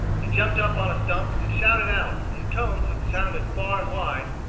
he jumped upon a stump and shouted out, in tones which sounded far and wide,